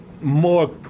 more